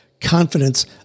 confidence